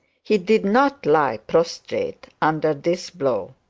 he did not lie prostrate, under this blow,